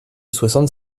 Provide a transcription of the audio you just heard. soixante